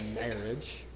marriage